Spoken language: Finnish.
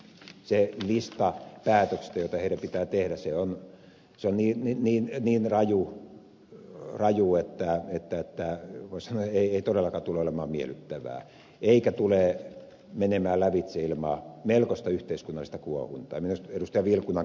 lista päätöksistä joita heidän pitää tehdä on niin raju että ei todellakaan tule olemaan miellyttävää eikä tule menemään lävitse ilman melkoista yhteiskunnallista kuohuntaa